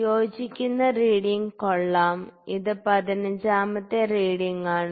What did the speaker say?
യോജിക്കുന്ന റീഡിങ് കൊള്ളാം ഇത് പതിനഞ്ചാമത്തെ റീഡിങ് ആണ്